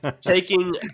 taking